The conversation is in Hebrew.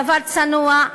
דבר צנוע,